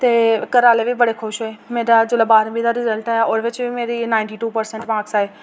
ते घरा आह्ले बी बड़े खुश होये ओह्दे बाद च मेरा जेल्लै बारमीं दा रिजल्ट आया ओह्दे बिच बी मेरे नाइनटी टू परसेंट मार्क्स आये